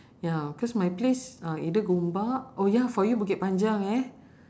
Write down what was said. ya cause my place uh either gombak oh ya for you bukit panjang eh